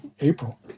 April